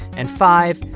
and five,